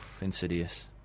insidious